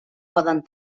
poden